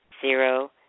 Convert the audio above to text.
zero